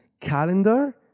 Calendar